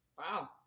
wow